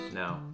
now